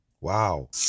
Wow